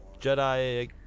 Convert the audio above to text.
Jedi